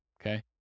Okay